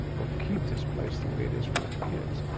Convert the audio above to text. or keep this place the way it is for their kids,